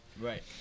Right